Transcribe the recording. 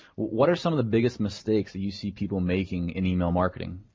what are some of the biggest mistakes that you see people making in email marketing?